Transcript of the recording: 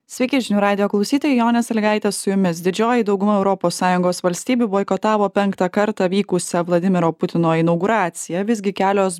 sveiki žinių radijo klausytojai jonė sąlygaitė su jumis didžioji dauguma europos sąjungos valstybių boikotavo penktą kartą vykusią vladimiro putino inauguraciją visgi kelios